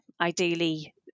Ideally